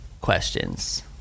questions